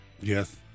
Yes